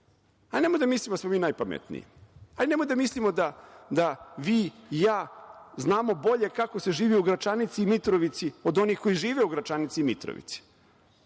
ljude. Nemojmo da mislimo da smo mi najpametniji. Nemojmo da mislimo da vi i ja znamo bolje kako se živi u Gračanici i Mitrovici od onih koji žive u Gračanici i Mitrovici.